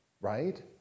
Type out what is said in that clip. right